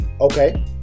Okay